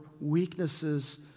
weaknesses